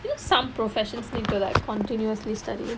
you know some professionals need to like continuously study